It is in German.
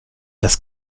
dass